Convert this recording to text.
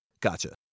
Gotcha